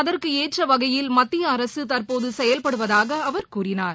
அதற்குஏற்றவகையில் மத்திய அரசுதற்போதசெயல்படுவதாக அவர் கூறினார்